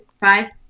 five